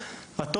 הינה הטפסים,